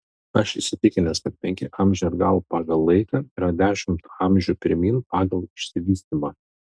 aš įsitikinęs kad penki amžiai atgal pagal laiką yra dešimt amžių pirmyn pagal išsivystymą